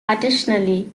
additionally